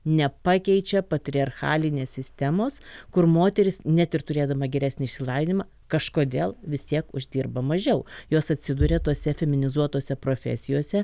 nepakeičia patriarchalinės sistemos kur moteris net ir turėdama geresnį išsilavinimą kažkodėl vis tiek uždirba mažiau jos atsiduria tose feminizuotose profesijose